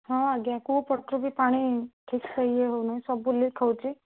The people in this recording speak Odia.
ହଁ ଆଜ୍ଞା କେଉଁ ପଟରୁ ବି ପାଣି ଠିକ୍ ସେ ଇଏ ହେଉନି ସବୁ ଲିକ୍ ହେଉଛି